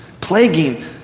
plaguing